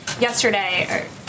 yesterday